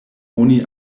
oni